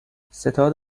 ستاد